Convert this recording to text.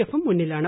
എഫും മുന്നിലാണ്